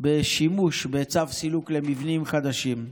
השימוש בצו סילוק למבנים חדשים.